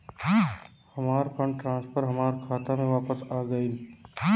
हमार fund transfer हमार खाता में वापस आ गइल